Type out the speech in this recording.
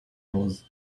was